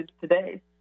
today